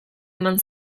eman